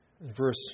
Verse